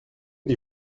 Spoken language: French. des